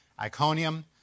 Iconium